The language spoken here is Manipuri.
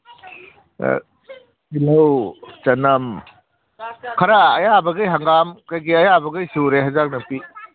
ꯇꯤꯜꯍꯧ ꯆꯅꯝ ꯈꯔ ꯑꯌꯥꯕꯒꯤ ꯀꯔꯤ ꯀꯔꯤ ꯑꯌꯥꯕꯈꯩ ꯂꯣꯏ ꯁꯨꯔꯦ ꯑꯦꯟꯁꯥꯡ ꯅꯥꯄꯤ